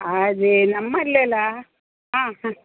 ಹಾಂ ಅದೇ ನಮ್ಮಲ್ಲೆಲ್ಲ ಹಾಂ ಹಾಂ